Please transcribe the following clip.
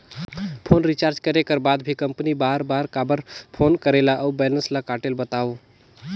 Phone recharge करे कर बाद भी कंपनी बार बार काबर फोन करेला और बैलेंस ल काटेल बतावव?